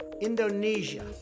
Indonesia